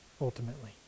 ultimately